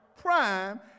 prime